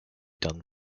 done